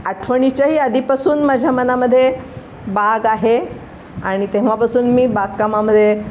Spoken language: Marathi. आठवणीच्याही आधीपासून माझ्या मनामध्ये बाग आहे आणि तेव्हापासून मी बागकामामध्ये